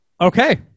okay